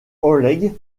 oleg